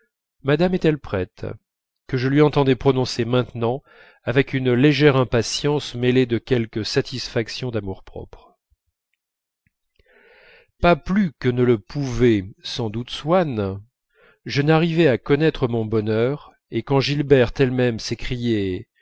madame est-elle prête que je lui entendais prononcer maintenant avec une légère impatience mêlée de quelque satisfaction d'amour-propre pas plus que ne le pouvait sans doute swann je n'arrivais à connaître mon bonheur et quand gilberte elle-même s'écriait